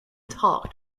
talked